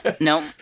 no